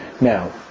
Now